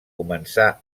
començà